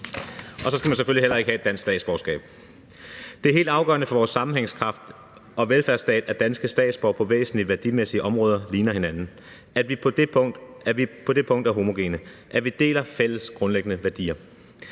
og så skal man selvfølgelig heller ikke have et dansk statsborgerskab. Det er helt afgørende for vores sammenhængskraft og velfærdsstat, at danske statsborgere på væsentlige værdimæssige områder ligner hinanden; at vi på det punkt er homogene; at vi deler fælles grundlæggende værdier.